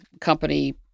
company